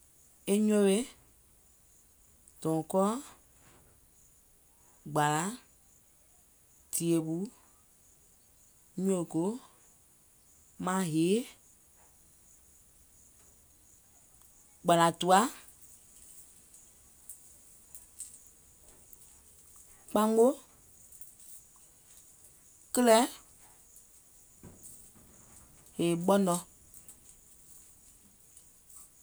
Nyòwe, dɔ̀ùŋkɔɔ, gbàlà, dìèɓù, nyòògoò, maŋ hèe, gbàlà tùwa, kpamò, kìlɛ̀, yèè ɓɔ̀nɔ.